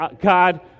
God